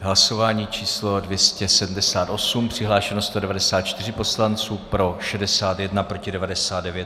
Hlasování číslo 278, přihlášeno 194 poslanců, pro 61, proti 99.